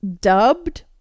dubbed